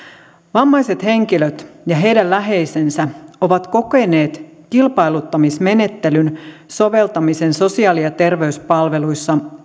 vammaiset henkilöt ja heidän läheisensä ovat kokeneet kilpailuttamismenettelyn soveltamisen sosiaali ja terveyspalveluissa